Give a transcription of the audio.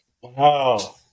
Wow